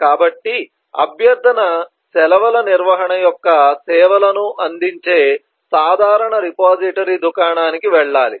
కాబట్టి అభ్యర్థన సెలవుల నిర్వహణ యొక్క సేవలను అందించే సాధారణ రిపోజిటరీ దుకాణానికి వెళ్ళాలి